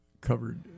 covered